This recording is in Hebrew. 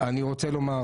אני רוצה לומר